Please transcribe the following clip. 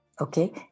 Okay